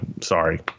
sorry